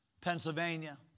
Pennsylvania